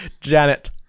Janet